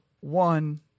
one